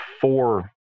four